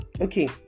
okay